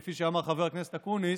כפי שאמר חבר הכנסת אקוניס.